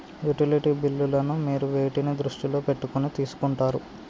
Utility బిల్లులను మీరు వేటిని దృష్టిలో పెట్టుకొని తీసుకుంటారు?